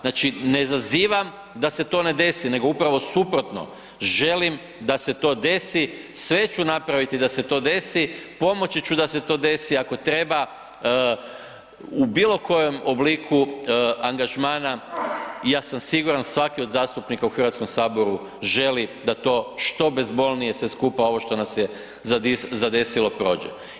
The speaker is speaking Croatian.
Znači, ne zazivam da se to ne desi, nego upravo suprotno, želim da se to desi, sve ću napraviti da se to desi, pomoći ću da se to desi ako treba u bilo kojem obliku angažmana i ja sam siguran svaki od zastupnika u HS želi da to što bezbolnije sve skupa ovo što nas je zadesilo prođe.